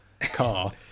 car